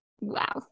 Wow